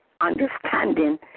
understanding